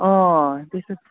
अँ त्यसो